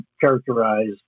characterized